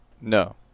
No